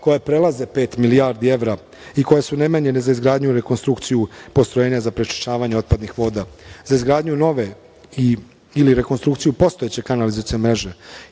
koja prelaze pet milijardi evra i koja su namenjena za izgradnju i rekonstrukciju postrojenja za prečišćavanje otpadnih voda, za izgradnju nove ili rekonstrukciju postojeće kanalizacione mreže,